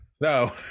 No